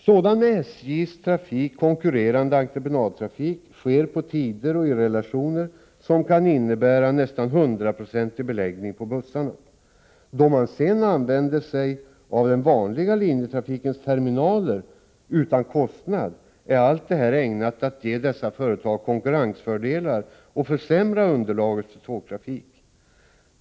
Sådan med SJ:s trafik konkurrerande entreprenadtrafik sker på tider och i relationer som kan innebära nästan hundraprocentig beläggning på bussarna. Då man sedan använder sig av den vanliga linjetrafikens terminaler utan kostnader, är allt detta ägnat att ge dessa företag konkurrensfördelar och försämra underlaget för tågtrafik.